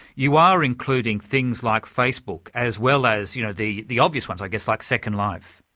you are including things like facebook as well as you know the the obvious ones i guess, like second life.